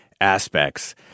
aspects